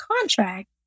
contract